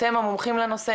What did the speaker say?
אתם המומחים לנושא,